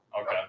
okay